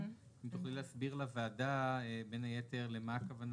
אם תוכלי להסביר לוועדה בין היתר למה הכוונה